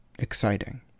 exciting